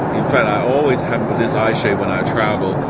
in fact, i always have this eye shade when i travel,